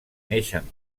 neixen